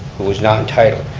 who is not entitled.